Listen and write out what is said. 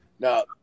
Now